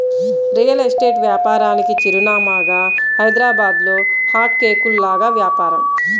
real estate వ్యాపారానికి చిరునామాగా హైదరాబాద్లో హాట్ కేకుల్లాగా వ్యాపారం